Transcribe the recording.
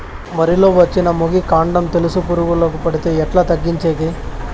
వరి లో వచ్చిన మొగి, కాండం తెలుసు పురుగుకు పడితే ఎట్లా తగ్గించేకి?